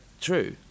true